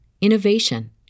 innovation